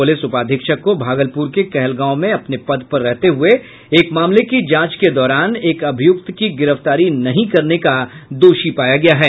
police उपाधीक्षक को भागलपुर के कहलगांव में अपने पद पर रहते हुए एक मामले की जांच के दौरान एक अभियुक्त की गिरफ्तारी नहीं करने का दोषी पाया गया है